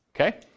Okay